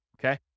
okay